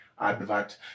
advert